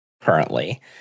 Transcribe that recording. currently